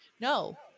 No